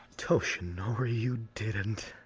toshinori, you didn't.